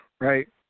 right